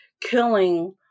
killing